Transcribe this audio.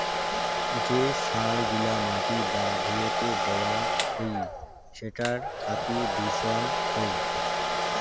যে সার গিলা মাটি বা ভুঁইতে দেওয়া হই সেটার থাকি দূষণ হউ